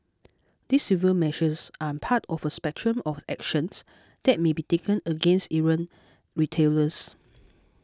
these civil measures are part of a spectrum of actions that may be taken against errant retailers